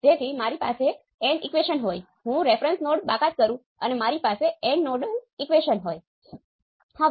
હવે આ VAB શું હશે